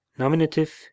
Nominative